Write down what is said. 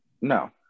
No